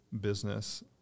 business